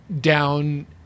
down